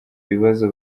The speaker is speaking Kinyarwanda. ibibazo